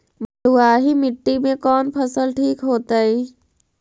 बलुआही मिट्टी में कौन फसल ठिक होतइ?